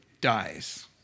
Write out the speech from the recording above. dies